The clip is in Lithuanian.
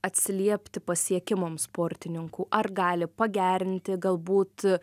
atsiliepti pasiekimams sportininkų ar gali pagerinti galbūt